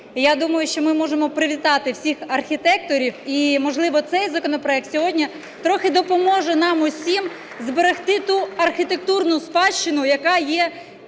я думаю, що ми можемо привітати всіх архітекторів, і можливо цей законопроект сьогодні трохи допоможе нам усім зберегти ту архітектурну спадщину, яка є